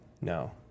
No